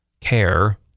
care